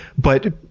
but,